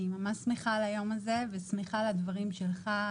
אני ממש שמחה על היום הזה ושמחה על הדברים שלך,